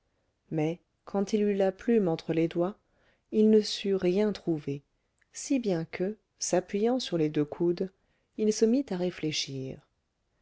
mais quand il eut la plume entre les doigts il ne sut rien trouver si bien que s'appuyant sur les deux coudes il se mit à réfléchir